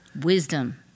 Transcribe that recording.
Wisdom